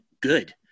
good